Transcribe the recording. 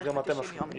גם אתם מסכימים.